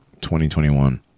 2021